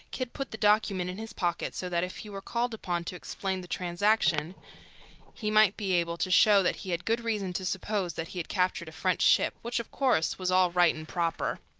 kidd put the document in his pocket so that if he were called upon to explain the transaction he might be able to show that he had good reason to suppose that he had captured a french ship, which, of course, was all right and proper.